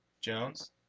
Jones